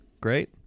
Great